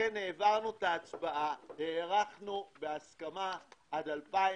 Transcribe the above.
הארכנו עד 2024,